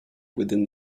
within